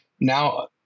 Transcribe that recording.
now